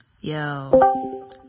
Yo